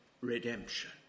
redemption